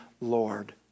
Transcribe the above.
Lord